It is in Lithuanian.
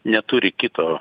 neturi kito